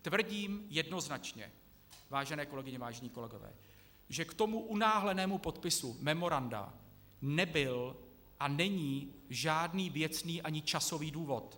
Tvrdím jednoznačně, vážené kolegyně, vážení kolegové, že k tomu unáhlenému podpisu memoranda nebyl a není žádný věcný ani časový důvod.